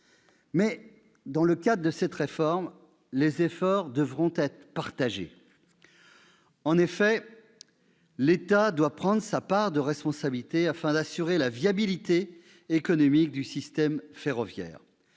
Dans le cadre de cette réforme, les efforts devront être partagés. En effet, l'État doit prendre sa part de responsabilité afin d'assurer la viabilité économique du système ferroviaire.